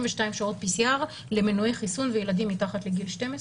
שעות PCR למנועי חיסון וילדים מתחת לגיל 12,